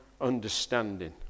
understanding